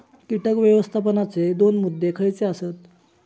कीटक व्यवस्थापनाचे दोन मुद्दे खयचे आसत?